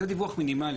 זה דיווח מינימלי.